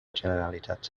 generalitat